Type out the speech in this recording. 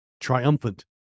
Triumphant